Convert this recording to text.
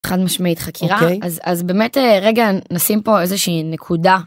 חד משמעית חקירה אז אז באמת רגע נשים פה איזה שהיא נקודה.